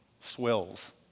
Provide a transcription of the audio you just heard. swells